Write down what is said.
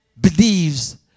believes